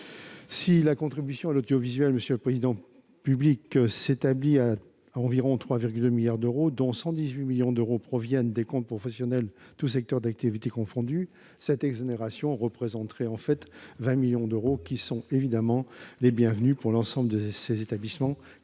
Si la contribution à l'audiovisuel public s'établit à environ 3,2 milliards d'euros, dont 118 millions d'euros proviennent des comptes professionnels, tous secteurs d'activité confondus, cette exonération représenterait au final 20 millions d'euros. Ce serait une économie bienvenue pour l'ensemble de ces établissements,